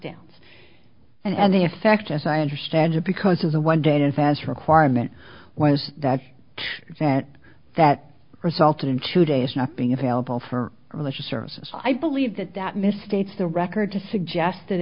lockdowns and the effect as i understand it because of the one day to fast requirement was that that that resulted in two days not being available for religious services i believe that that misstates the record to suggest